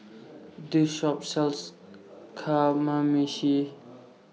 This Shop sells Kamameshi